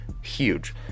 Huge